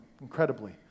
incredibly